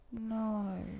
No